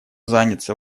заняться